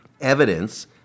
evidence